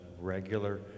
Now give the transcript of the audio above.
regular